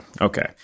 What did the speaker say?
okay